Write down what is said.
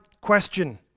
question